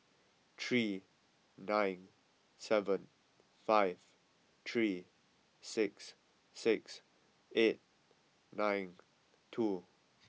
three nine seven five three sis six eight nine two